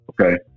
Okay